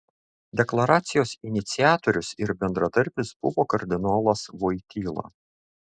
deklaracijos iniciatorius ir bendradarbis buvo kardinolas voityla